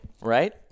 right